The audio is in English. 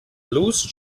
loose